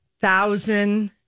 thousand